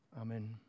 Amen